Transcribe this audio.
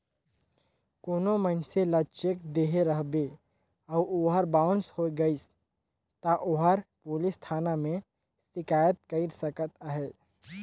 कोनो मइनसे ल चेक देहे रहबे अउ ओहर बाउंस होए गइस ता ओहर पुलिस थाना में सिकाइत कइर सकत अहे